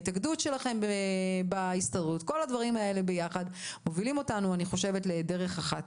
וההתאגדות שלכם בהסתדרות כל הדברים האלה ביחד מובילים אותנו לדרך אחת.